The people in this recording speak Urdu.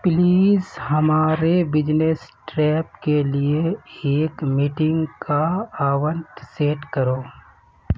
پلیز ہمارے بجنس ٹریپ کے لیے ایک میٹنگ کا آونٹ سیٹ کرو